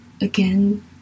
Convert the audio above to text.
again